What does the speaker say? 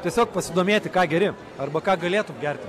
tiesiog pasidomėti ką geri arba ką galėtum gerti